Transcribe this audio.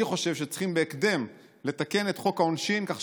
אני חושב שצריכים לתקן בהקדם את חוק העונשין כך